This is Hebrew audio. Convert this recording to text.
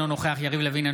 אינו נוכח יריב לוין,